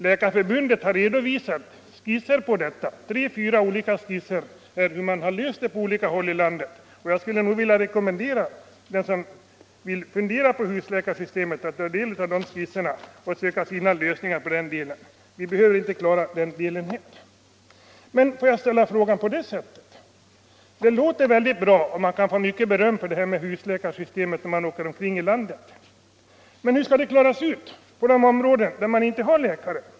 Läkarförbundet har redovisat tre-fyra olika skisser över hur det här problemet lösts på olika håll i landet. Jag skulle vilja rekommendera den som vill fundera på husläkarsystemet att ta del av de skisserna och försöka finna lösningar. Vi kan inte klara den delen här. Får jag ställa frågan på följande sätt. Det låter mycket bra, och man kan få mycket beröm för förslaget till husläkarsystem om man åker omkring i landet. Men hur skall det klaras ut inom de områden där man inte har läkare?